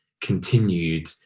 continued